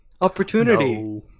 opportunity